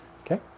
Okay